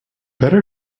better